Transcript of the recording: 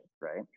right